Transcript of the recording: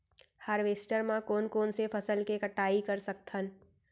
Harvester म कोन कोन से फसल के कटाई कर सकथन?